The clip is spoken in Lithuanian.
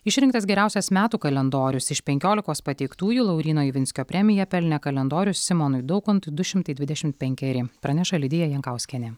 išrinktas geriausias metų kalendorius iš penkiolikos pateiktųjų lauryno ivinskio premiją pelnė kalendorius simonui daukantui du šimtai dvidešim penkeri praneša lidija jankauskienė